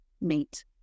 meet